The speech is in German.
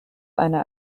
eine